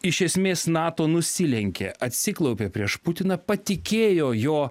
iš esmės nato nusilenkė atsiklaupė prieš putiną patikėjo jo